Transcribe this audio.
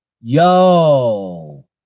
Yo